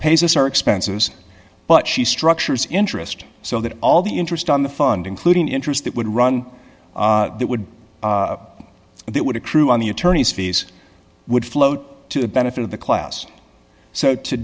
pays us our expenses but she structures interest so that all the interest on the fund including the interest that would run that would that would accrue on the attorney's fees would float to the benefit of the class so to